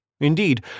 Indeed